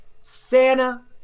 Santa